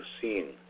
seen